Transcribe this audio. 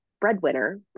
breadwinner